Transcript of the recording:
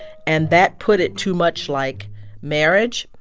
and that put it too much like marriage,